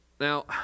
Now